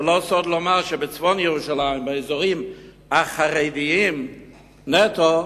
זה לא סוד שבצפון ירושלים, באזורים החרדיים נטו,